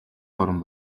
орон